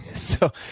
so.